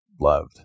loved